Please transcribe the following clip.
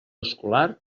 escolar